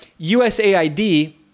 USAID